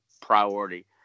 priority